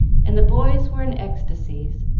and the boys were in ecstasies,